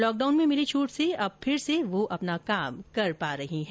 lockdown में मिली छूट से अब फिर से वो अपना काम कर पा रही है